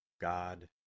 God